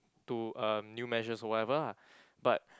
to um new measures or whatever ah but